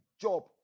job